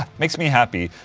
makes me happy,